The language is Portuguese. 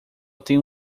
tenho